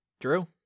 Drew